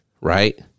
right